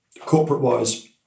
Corporate-wise